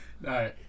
No